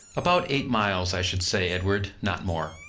about eight miles, i should say, edward not more.